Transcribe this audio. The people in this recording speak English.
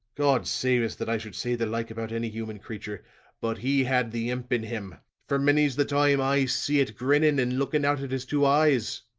god save us, that i should say the like about any human creature but he had the imp in him, for many's the time i see it grinning and looking out at his two eyes.